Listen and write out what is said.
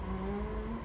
mm